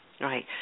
right